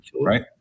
right